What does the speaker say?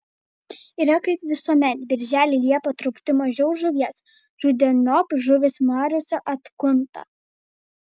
yra kaip visuomet birželį liepą truputį mažiau žuvies rudeniop žuvis mariose atkunta